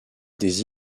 des